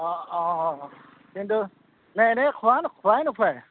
অঁ অঁ কিন্তু নাই এনেই খোৱা খোৱাই নোখোৱাই